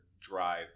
drive